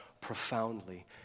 profoundly